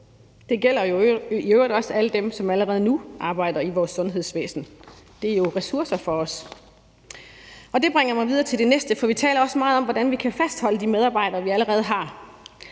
Det gælder jo i øvrigt også alle dem, som allerede nu arbejder i vores sundhedsvæsen. Det er jo ressourcer for os. Det bringer mig videre til det næste, for vi taler også meget om, hvordan vi kan fastholde de medarbejdere, vi allerede har.